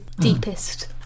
deepest